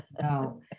no